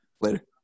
later